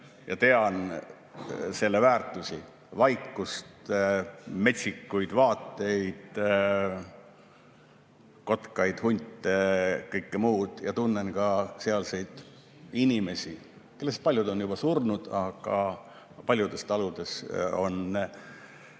ja tean selle väärtusi – vaikust, metsikuid vaateid, kotkaid, hunte ja kõike muud. Ma tunnen ka sealseid inimesi, kellest paljud on juba surnud, aga paljudes taludes on